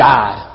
God